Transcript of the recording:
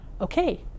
okay